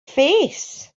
face